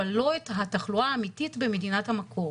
אבל לא את התחלואה האמיתית במדינת המקור.